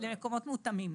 למקומות מותאמים.